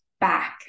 back